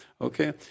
Okay